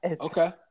Okay